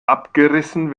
abgerissen